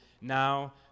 Now